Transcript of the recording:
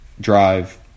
drive